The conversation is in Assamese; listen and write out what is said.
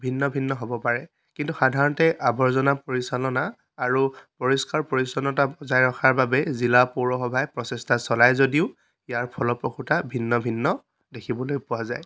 ভিন্ন ভিন্ন হ'ব পাৰে কিন্তু সাধাৰণতে আৱৰ্জনা পৰিচালনা আৰু পৰিষ্কাৰ পৰিচ্ছন্নতা বজাই ৰখাৰ বাবে জিলা পৌৰসভাই প্ৰচেষ্টা চলাই যদিও ইয়াৰ ফলপ্ৰসূতা ভিন্ন ভিন্ন দেখিবলৈ পোৱা যায়